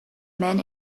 men